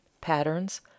patterns